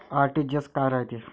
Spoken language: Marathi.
आर.टी.जी.एस काय रायते?